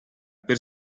per